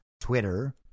Twitter